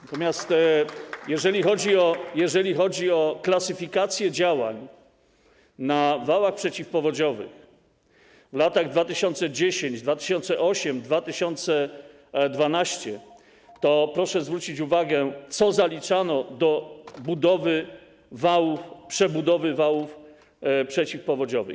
Natomiast jeżeli chodzi o klasyfikację działań na wałach przeciwpowodziowych w latach 2010, 2008, 2012, to proszę zwrócić uwagę, co zaliczano do budowy wałów, przebudowy wałów przeciwpowodziowych.